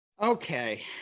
Okay